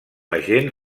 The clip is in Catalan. agent